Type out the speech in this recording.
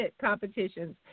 competitions